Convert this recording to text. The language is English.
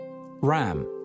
Ram